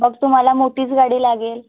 मग तुम्हाला मोठीच गाडी लागेल